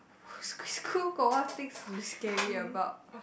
schoo~ schoo~ school got what thing to scary about